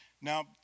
Now